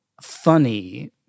funny